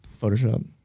Photoshop